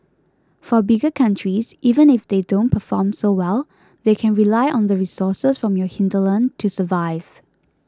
for bigger countries even if they don't perform so well they can rely on the resources from your hinterland to survive